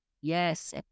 Yes